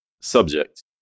subject